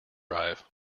drive